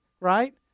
right